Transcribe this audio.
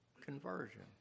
Conversion